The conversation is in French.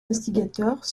instigateurs